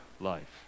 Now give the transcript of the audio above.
life